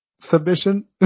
submission